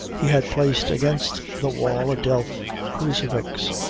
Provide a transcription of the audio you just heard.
he had placed against the wall a delf crucifix,